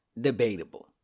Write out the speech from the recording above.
debatable